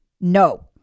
No